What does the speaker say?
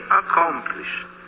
accomplished